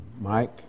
Mike